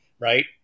Right